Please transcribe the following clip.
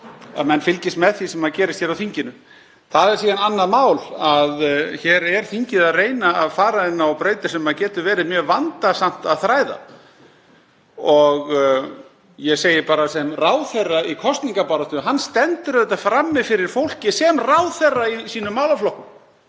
að menn fylgist með því sem gerist á þinginu. Það er síðan annað mál að hér er þingið að reyna að fara inn á brautir sem getur verið mjög vandasamt að þræða. Ég segi bara sem ráðherra í kosningabaráttu: Hann stendur auðvitað frammi fyrir fólki sem ráðherra í sínum málaflokki.